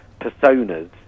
personas